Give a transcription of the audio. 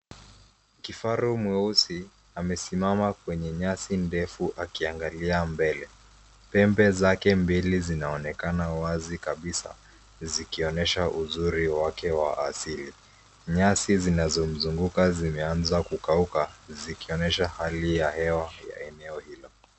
Kifaru mweusi amesimama kwenye nyasi ndefu akiangalia mbele. Pembe zake mbili zinaonekana wazi kabisa zikionyesha uzuri wake wa asili. Nyasi zinazomzunguka zimeanza kukauka zikionyesha hali ya hewa ya eneo hilo.